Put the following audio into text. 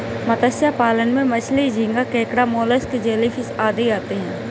मत्स्य पालन में मछली, झींगा, केकड़ा, मोलस्क, जेलीफिश आदि आते हैं